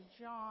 John